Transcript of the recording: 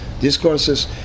discourses